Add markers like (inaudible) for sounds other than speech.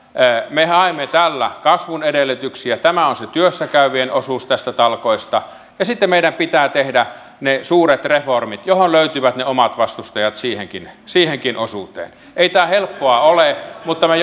me haemme tällä kasvun edellytyksiä tämä on se työssä käyvien osuus näistä talkoista ja sitten meidän pitää tehdä ne suuret reformit joihin löytyvät ne omat vastustajat siihenkin siihenkin osuuteen ei tämä helppoa ole mutta me (unintelligible)